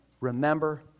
remember